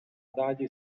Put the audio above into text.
dargli